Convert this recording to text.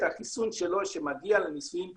החיסונים שלהם שמגיעים לניסויים קליניים,